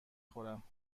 خورم